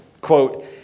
Quote